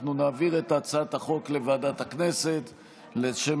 אנחנו נעביר את הצעת החוק לוועדת הכנסת לשם